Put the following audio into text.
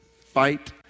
fight